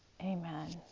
Amen